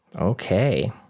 Okay